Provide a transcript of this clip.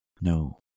No